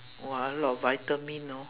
!wah! a lot of vitamin know